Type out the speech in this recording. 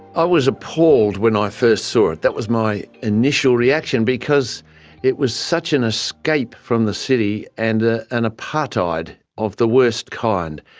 i was appalled when i first saw it. that was my initial reaction because it was such an escape from the city and ah an apartheid of the worst kind.